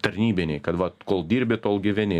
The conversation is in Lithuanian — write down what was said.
tarnybiniai kad vat kol dirbi tol gyveni